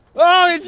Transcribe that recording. whoa,